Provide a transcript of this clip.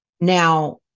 Now